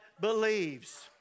believes